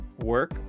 work